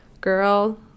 Girl